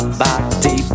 body